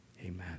amen